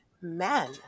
men